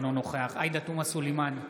אינו נוכח עאידה תומא סלימאן,